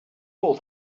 all